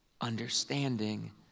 Understanding